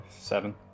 seven